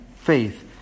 faith